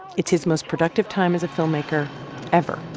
it's his most productive time as a filmmaker ever